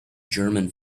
german